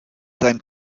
sein